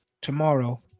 tomorrow